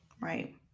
right